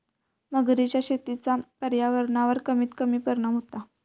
मगरीच्या शेतीचा पर्यावरणावर कमीत कमी परिणाम होता